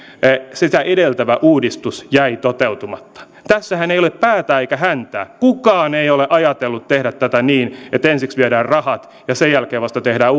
sitä edeltävä uudistus jäi toteutumatta tässähän ei ole päätä eikä häntää kukaan ei ole ajatellut tehdä tätä niin että ensiksi viedään rahat ja sen jälkeen vasta tehdään